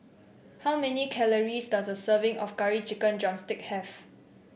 how many calories does a serving of Curry Chicken drumstick have